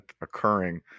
occurring